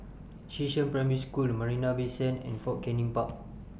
Xishan Primary School Marina Bay Sands and Fort Canning Park